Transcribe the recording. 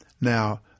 Now